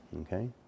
Okay